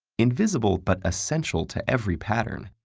invisible, but essential to every pattern,